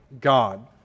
God